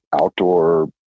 outdoor